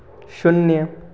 शून्य